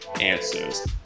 answers